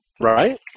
Right